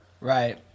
Right